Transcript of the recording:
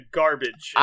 garbage